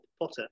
Potter